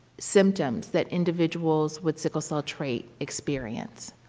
symptoms that individuals with sickle cell trait experience.